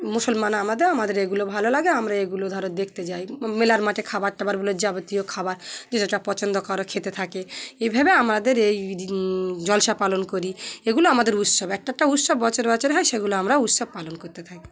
মুসলমান আমাদের আমাদের এগুলো ভালো লাগে আমরা এগুলো ধরো দেখতে যাই মেলার মাঠে খাবার টাবারগুলো যাবতীয় খাবার যে যেটা পছন্দ কর খেতে থাকে এইভাবে আমাদের এই জলসা পালন করি এগুলো আমাদের উৎসব একটা করে উৎসব বছর বছরে হয় সেগুলো আমরা উৎসব পালন করতে থাকি